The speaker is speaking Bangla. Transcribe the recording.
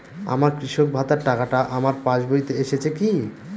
আমার কৃষক ভাতার টাকাটা আমার পাসবইতে এসেছে কি?